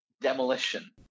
demolition